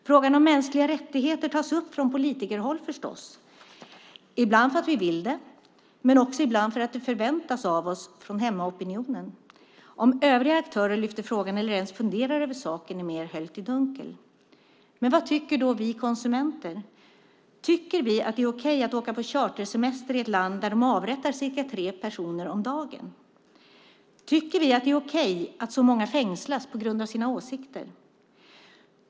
Frågan om mänskliga rättigheter tas upp från politikerhåll förstås, ibland för att vi vill det men ibland också för att det förväntas av oss från hemmaopinionen. Om övriga aktörer lyfter frågan eller ens funderar över saken är mer höljt i dunkel. Vad tycker då vi konsumenter? Tycker vi att det är okej att åka på chartersemester i ett land där de avrättar cirka tre personer om dagen? Tycker vi att det är okej att så många fängslas på grund av sina åsikter?